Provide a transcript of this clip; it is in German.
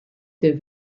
der